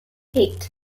eight